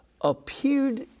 appeared